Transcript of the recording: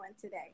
today